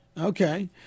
Okay